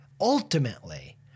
ultimately